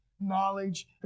Knowledge